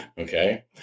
okay